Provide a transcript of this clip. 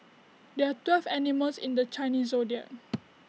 there are twelve animals in the Chinese Zodiac